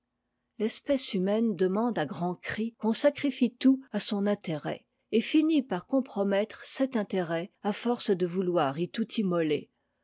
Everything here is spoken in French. l'espèce humaine demande à grands cris qu'on sacrifie tout à son intérêt et finit par compromettre cet intérêt à force de vouloir y tout immoler